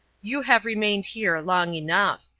you have remained here long enough,